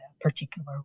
particular